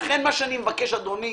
לכן מה שאני מבקש, אדוני,